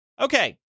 Okay